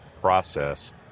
process